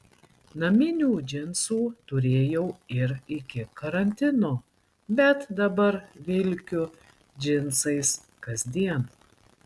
naminių džinsų turėjau ir iki karantino bet dabar vilkiu džinsais kasdien